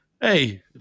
hey